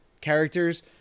characters